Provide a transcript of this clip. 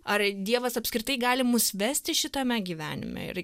ar dievas apskritai gali mus vesti šitame gyvenime ir